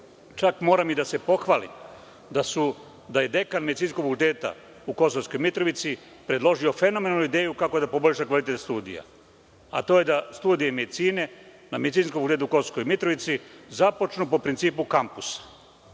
Čak moram i da se pohvalim da je dekan Medicinskog fakulteta u Kosovskoj Mitrovici predložio fenomenalnu ideju kako da poboljša kvalitet studija, a to je da studije medicine na Medicinskom fakultetu u Kosovskoj Mitrovici započnu po principu kampusa. To